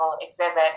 exhibit